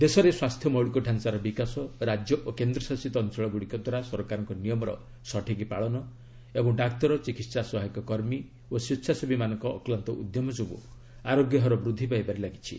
ଦେଶରେ ସ୍ୱ୍ୟାସ୍ଥ୍ୟ ମୌଳିକ ଡାଞ୍ଚାର ବିକାଶ ରାଜ୍ୟ ଓ କେନ୍ଦ୍ରଶାସିତ ଅଞ୍ଚଳଗୁଡ଼ିକ ଦ୍ୱାରା ସରକାରଙ୍କ ନିୟମର ସଠିକ୍ ପାଳନ ଓ ଡାକ୍ତର ଚିକିତ୍ସା ସହାୟକ କର୍ମୀ ଏବଂ ସ୍ୱେଚ୍ଛାସେବୀମାନଙ୍କ ଅକ୍ଲାନ୍ତ ଉଦ୍ୟମ ଯୋଗୁଁ ଆରୋଗ୍ୟ ହାର ବୃଦ୍ଧି ପାଇବାରେ ଲାଗିଛି